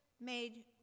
made